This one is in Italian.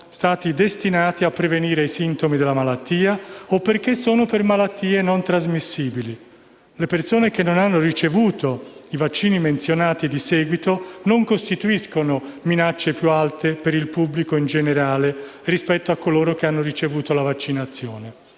sono destinati a prevenire i sintomi della malattia) o perché sono per malattie non trasmissibili. Le persone che non hanno ricevuto i vaccini menzionati di seguito non costituiscono minacce più alte per il pubblico in generale rispetto a coloro che hanno ricevuto la vaccinazione.